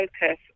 focus